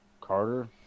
Carter